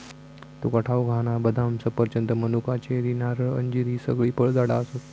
तुका ठाऊक हा ना, बदाम, सफरचंद, मनुका, चेरी, नारळ, अंजीर हि सगळी फळझाडा आसत